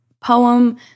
poem